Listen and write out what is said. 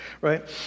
right